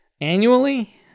annually